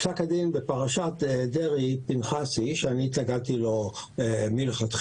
פסק הדין בפרשת דרעי-פנחסי שאני התנגדתי לו מלכתחילה,